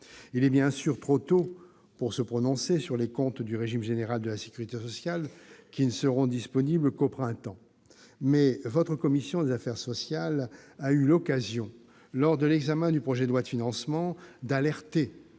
Il est bien sûr trop tôt pour se prononcer sur les comptes du régime général de la sécurité sociale, lesquels ne seront disponibles qu'au printemps, mais la commission des affaires sociales a eu l'occasion, lors de l'examen du projet de loi de financement de